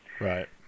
Right